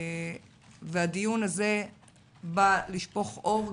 הדיון הזה בא לשפוך אור,